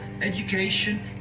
education